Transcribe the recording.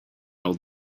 old